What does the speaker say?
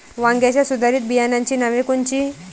वांग्याच्या सुधारित बियाणांची नावे कोनची?